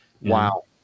Wow